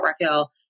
Raquel